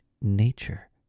Nature